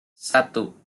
satu